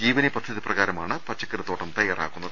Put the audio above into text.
ജീവനി പദ്ധതി പ്രകാര മാണ് പച്ചക്കറിത്തോട്ടം തയ്യാറാക്കുന്നത്